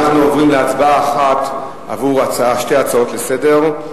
אנחנו עוברים להצבעה אחת על שתי ההצעות לסדר-היום.